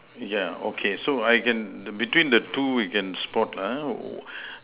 yeah okay so I can between the two we can spot ah